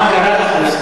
כלכלה?